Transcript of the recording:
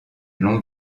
long